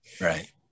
Right